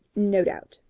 no doubt.